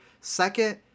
second